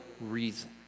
reason